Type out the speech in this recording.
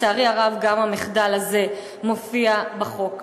לצערי הרב, גם המחדל הזה מופיע בחוק הזה.